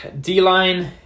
D-line